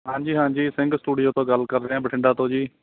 ਹਾਂਜੀ ਹਾਂਜੀ ਸਿੰਘ ਸਟੂਡੀਓ ਤੋਂ ਗੱਲ ਕਰ ਰਿਹਾ ਬਠਿੰਡਾ ਤੋਂ ਜੀ